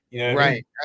right